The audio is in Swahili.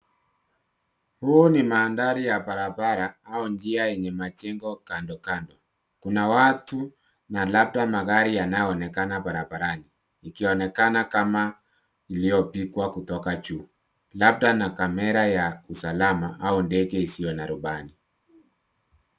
Huu ni mandhari ya barabara au njia yenye majengo kando kando. Kuna watu na labda magari yanayoonekana barabarani, ikionekana kama iliyopigwa kutoka juu, labda na kamera ya usalama au ndege isiyo na rubani.